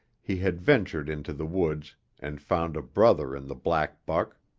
he had ventured into the woods and found a brother in the black buck.